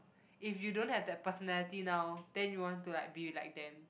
if you don't have that personality now then you want to like be like them